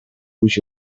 which